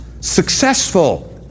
successful